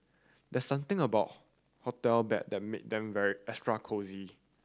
there's something about hotel bed that make them very extra cosy